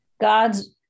God's